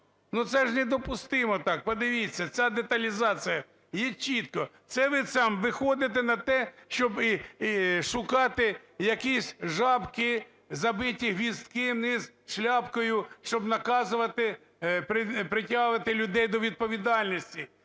Ну, це ж недопустимо так, подивіться, ця деталізація є чітко. Це ви там виходите на те, щоб шукати якісь жабки, забиті гвіздки вниз шляпкою, щоб наказувати, притягувати людей до відповідальності.